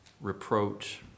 reproach